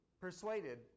persuaded